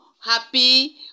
happy